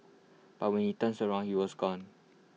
but when he turns around he was gone